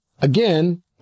again